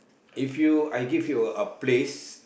if you I give you a place